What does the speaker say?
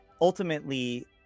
ultimately